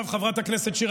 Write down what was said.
חברת הכנסת שיר,